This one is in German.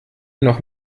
noch